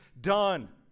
done